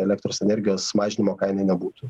elektros energijos mažinimo kainai nebūtų